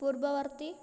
ପୂର୍ବବର୍ତ୍ତୀ